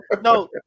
No